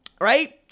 right